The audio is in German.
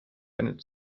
eine